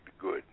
good